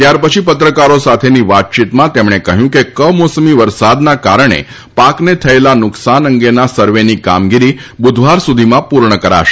ત્યારપછી પત્રકારો સાથેની વાતચીતમાં તેમણે કહ્યું કે કમોસમી વરસાદના કારણે પાકને થયેલા નુકશાન અંગેના સર્વેની કામગીરી બુધવાર સુધીમાં પૂર્ણ કરાશે